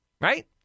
right